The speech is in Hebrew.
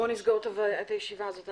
בואו נסגור את הישיבה הזאת,